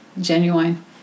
genuine